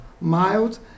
Mild